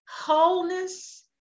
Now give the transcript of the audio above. wholeness